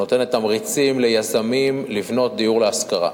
החלטה שנותנת תמריצים ליזמים לבנות דיור להשכרה.